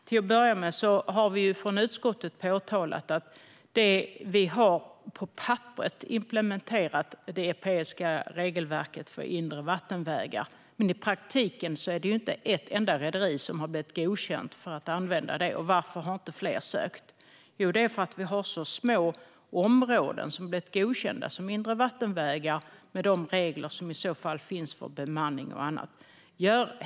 Till att börja med har vi från utskottet påtalat att Sverige på papperet har implementerat det europeiska regelverket för inre vattenvägar. I praktiken har dock inte ett enda rederi blivit godkänt för att använda det. Varför har då inte fler sökt? Jo, det beror på att vi har så små områden som blivit godkända som mindre vattenvägar med de regler som i så fall finns för bemanning och annat.